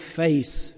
face